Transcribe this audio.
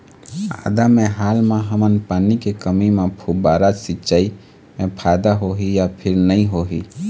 आदा मे हाल मा हमन पानी के कमी म फुब्बारा सिचाई मे फायदा होही या फिर नई होही?